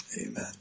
amen